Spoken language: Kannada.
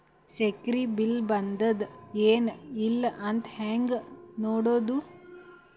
ಸಕ್ರಿ ಬಿಲ್ ಬಂದಾದ ಏನ್ ಇಲ್ಲ ಅಂತ ಹೆಂಗ್ ನೋಡುದು?